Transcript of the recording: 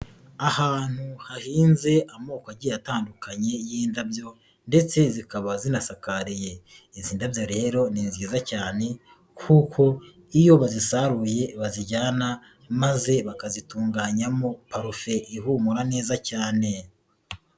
Ahantu hahinze amoko agiye atandukanye y'indabyo ndetse zikaba zinasakariye, izi ndabyo rero ni nziza cyane kuko iyo bazisaruye bazijyana maze bakazitunganyamo parufe ihumura neza cyane.